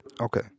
Okay